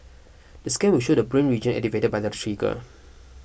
the scan will show the brain region activated by the trigger